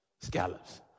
Scallops